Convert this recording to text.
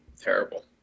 Terrible